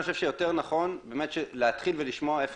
אני חושב שיותר נכון להתחיל ולשמוע איפה